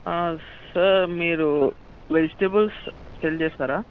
sir మీరు vegetables sell చేస్తారా